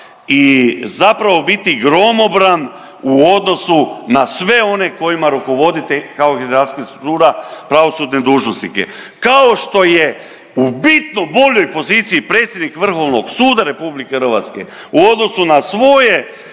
i zapravo biti gromobran u odnosu na sve one kojima rukovoditelj kao …/Govornik se ne razumije./… struktura pravosudne dužnosnike. Kao što je u bitno boljoj poziciji predsjednik Vrhovnog suda Republike Hrvatske u odnosu na svoje,